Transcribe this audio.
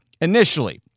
initially